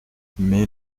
mais